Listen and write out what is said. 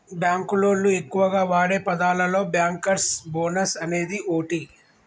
బాంకులోళ్లు ఎక్కువగా వాడే పదాలలో బ్యాంకర్స్ బోనస్ అనేది ఓటి